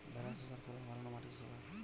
ভেরার শশার ফলন ভালো না মাটির শশার?